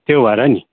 त्यो भएर नि